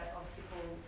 obstacle